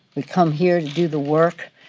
we come here to do the work,